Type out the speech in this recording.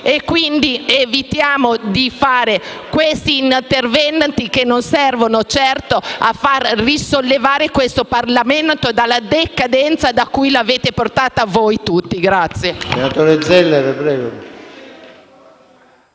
Evitiamo allora di fare questi interventi che non servono certo a far risollevare questo Parlamento dalla decadenza in cui lo avete portato voi tutti.